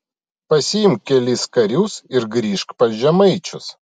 pasiimk kelis karius ir grįžk pas žemaičius